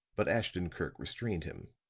but ashton-kirk restrained him.